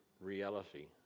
reality